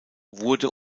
wurde